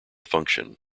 function